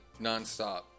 nonstop